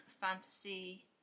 fantasy